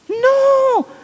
No